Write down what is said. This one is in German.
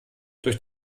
durch